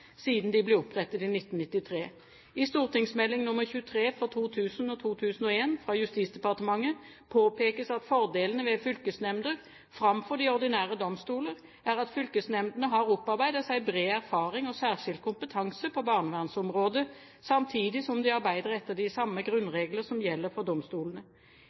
siden de ble opprettet i 1993. I St.meld. nr. 23 for 2000–2001 fra Justisdepartementet påpekes at fordelene ved fylkesnemnder framfor de ordinære domstoler er at fylkesnemndene har opparbeidet seg bred erfaring og særskilt kompetanse på barnevernsområdet, samtidig som de arbeider etter de samme grunnregler som gjelder for domstolene.